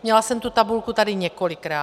Měla jsem tu tabulku tady několikrát.